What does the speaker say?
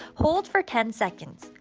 hold for ten seconds.